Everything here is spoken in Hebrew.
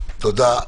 תודה.